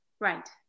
Right